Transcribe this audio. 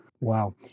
Wow